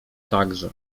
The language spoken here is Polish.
także